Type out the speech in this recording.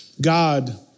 God